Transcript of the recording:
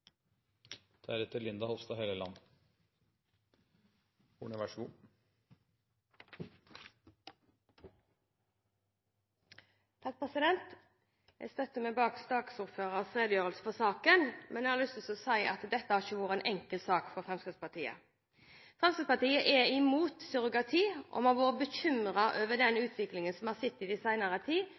Jeg støtter saksordførerens redegjørelse for saken, men jeg har lyst til å si at dette ikke har vært noen enkel sak for Fremskrittspartiet. Fremskrittspartiet er imot surrogati, og vi har vært bekymret over den utviklingen vi har sett den senere tid, med en sterk økning i